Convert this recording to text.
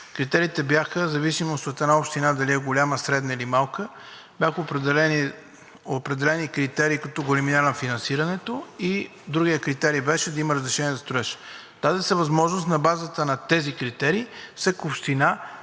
критериите бяха в зависимост от това дали една община е голяма, средна или малка. Бяха определени критерии – големина на финансирането и другият критерий беше да има разрешение за строеж. Даде се възможност на базата на тези критерии всяка община